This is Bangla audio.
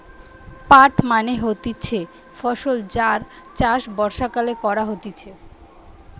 পাট মানে হতিছে ফসল যার চাষ বর্ষাকালে করা হতিছে